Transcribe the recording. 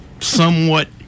somewhat